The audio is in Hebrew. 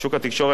ושוק התקשורת,